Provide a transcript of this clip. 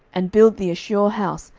and build thee a sure house,